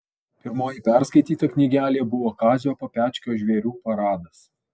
pirmoji perskaityta knygelė buvo kazio papečkio žvėrių paradas